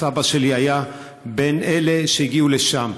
סבא שלי היה בין אלה שהגיעו לשם.